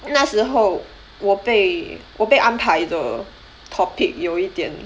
那时候我被我被安排的 topic 有一点